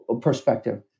perspective